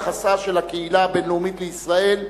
יחסה של הקהילה הבין-לאומית לישראל,